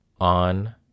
on